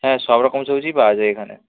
হ্যাঁ সব রকম সবজিই পাওয়া যায় এখানে